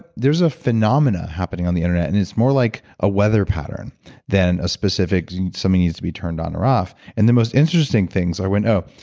there's a phenomenon happening on the internet and it's more like a weather pattern than a specific something needs to be turned on or off. and the most interesting things i went, oh,